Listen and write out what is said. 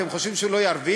אתם חושבים שהוא לא ירוויח?